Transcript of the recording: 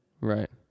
Right